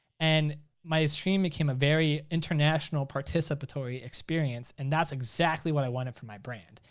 and my stream became a very international participatory experience, and that's exactly what i wanted for my brand.